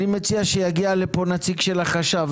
אני מציע שיגיע לפה נציג של החשב,